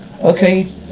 Okay